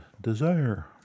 Desire